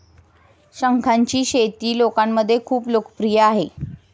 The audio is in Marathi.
शंखांची शेती लोकांमध्ये खूप लोकप्रिय आहे